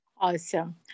Awesome